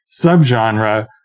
subgenre